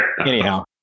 Anyhow